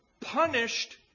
punished